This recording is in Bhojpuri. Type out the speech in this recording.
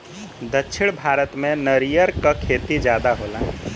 दक्षिण भारत में नरियर क खेती जादा होला